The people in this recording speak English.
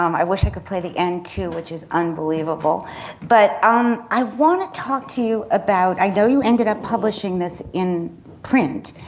um i wish i could play the end too which is unbelievable but um i want to talk to you about, i know you ended up publishing this in print,